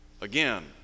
again